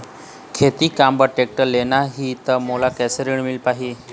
खेती काम बर टेक्टर लेना ही त मोला कैसे ऋण मिल पाही?